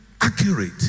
accurate